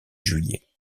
juillet